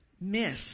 miss